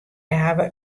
hawwe